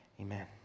Amen